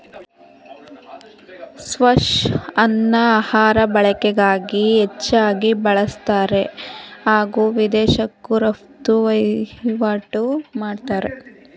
ಸ್ಕ್ವಾಷ್ಅನ್ನ ಆಹಾರ ಬಳಕೆಗಾಗಿ ಹೆಚ್ಚಾಗಿ ಬಳುಸ್ತಾರೆ ಹಾಗೂ ವಿದೇಶಕ್ಕೂ ರಫ್ತು ವಹಿವಾಟು ಮಾಡ್ತಾರೆ